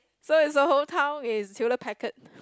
so it's the whole town is Hewlett-Packard